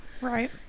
Right